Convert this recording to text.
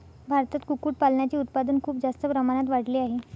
भारतात कुक्कुटपालनाचे उत्पादन खूप जास्त प्रमाणात वाढले आहे